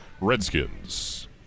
Redskins